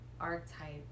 archetype